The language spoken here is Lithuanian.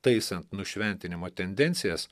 taisant nušventinimo tendencijas